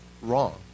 wrong